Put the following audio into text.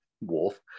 wolf